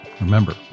Remember